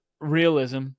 realism